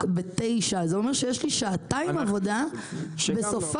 בתשע זה אומר שיש לי שעתיים עבודה בסופ"ש,